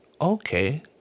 okay